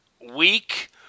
week